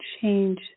change